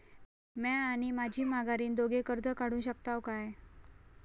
म्या आणि माझी माघारीन दोघे जावून कर्ज काढू शकताव काय?